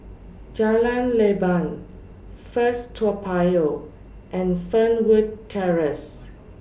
Jalan Leban First Toa Payoh and Fernwood Terrace